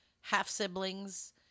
half-siblings